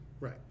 right